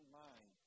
mind